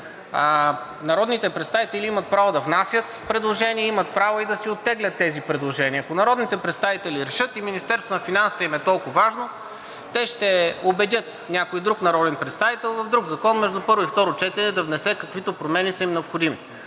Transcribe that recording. Народните представители имат право да внасят предложения, имат право и да си оттеглят тези предложения. Ако народните представители решат и Министерството на финансите им е толкова важно, те ще убедят някой друг народен представител – в друг закон между първо и второ четене, да внесе каквито промени са им необходими.